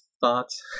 thoughts